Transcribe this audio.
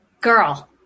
Girl